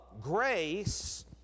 grace